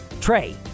trey